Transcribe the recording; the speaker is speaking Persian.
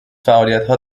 فعالیتها